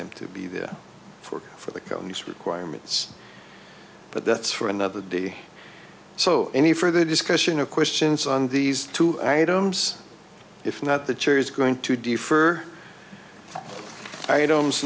them to be there for for the companies requirements but that's for another day so any further discussion of questions on these two items if not the chair is going to defer i